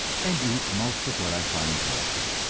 and eat most of what i find wholesome